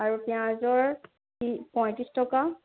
আৰু পিঁয়াজৰ পঁয়ত্ৰিশ টকা